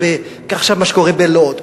כך עכשיו מה שקורה בלוד,